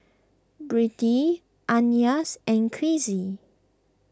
Brittnee Ananias and Kizzy